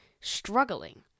struggling